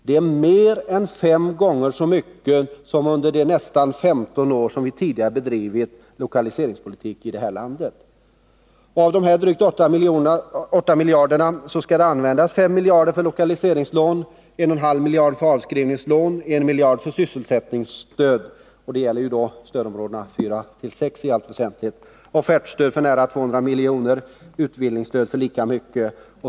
Det är lika mycket som under de nästan 15 år som vi tidigare bedrivit en lokaliseringspolitik i det här landet. Det är en ökning med ca 3 gånger. Av dessa drygt 8 miljarder skall 5 miljarder användas för lokaliseringslån, 1,5 miljarder för avskrivningslån och 1 miljard för sysselsättningsstöd — det gäller då i allt väsentligt stödområdena 4-6. Offertstöd skall utgå med nära 200 milj.kr. och utbildningsstöd med lika mycket.